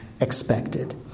expected